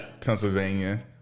Pennsylvania